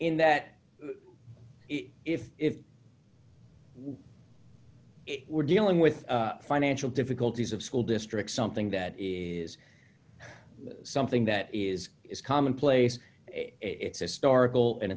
in that if if we we're dealing with financial difficulties of school districts something that is something that is it's commonplace it's historical and